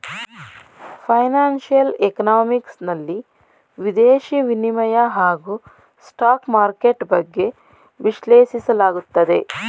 financial economics ನಲ್ಲಿ ವಿದೇಶಿ ವಿನಿಮಯ ಹಾಗೂ ಸ್ಟಾಕ್ ಮಾರ್ಕೆಟ್ ಬಗ್ಗೆ ವಿಶ್ಲೇಷಿಸಲಾಗುತ್ತದೆ